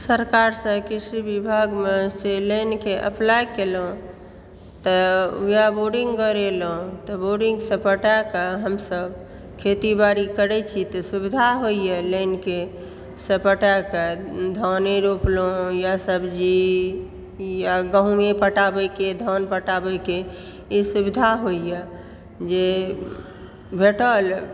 सरकारसँ कृषि विभागमऽ से लाइनके अप्लाई केलहुँ तऽ वएह बोरिंग गरेलहुँ तऽ बोरिंगसँ पटाकऽ हमसभ खेतीबाड़ी करैत छी तऽ सुविधा होइए लाइनके सभ पटाकऽ धाने रोपलहुँ या सब्जी या गहुमे पटाबयके धान पटाबयके ई सुविधा होइए जे भेटल